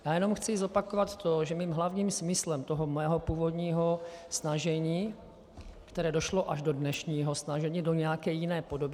Chci jenom zopakovat to, že hlavním smyslem mého původního snažení, které došlo až do dnešního snažení do nějaké jiné podoby...